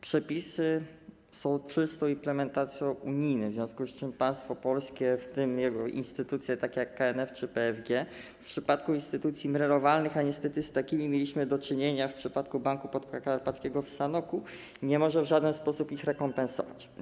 Przepisy są czystą implementacją unijnych, w związku z czym państwo polskie, w tym jego instytucje takie jak KNF czy PFG, w przypadku instytucji MREL-owalnych, a niestety z takimi mieliśmy do czynienia w przypadku Podkarpackiego Banku Spółdzielczego w Sanoku, nie może w żaden sposób ich rekompensować.